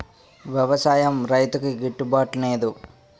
వ్యవసాయం రైతుకి గిట్టు బాటునేదు